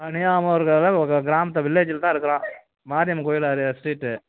கிராமத்தில் வில்லேஜ்லதான் இருக்கிறோம் மாரியம்மன் கோயில் அதே ஸ்ட்ரீட்டு